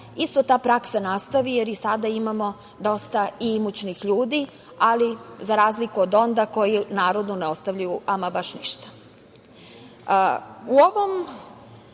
isto ta praksa nastavi, jer i sada imamo dosta imućnih ljudi, ali za razliku od onda koji narodu ne ostavljaju ama baš ništa.